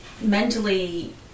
mentally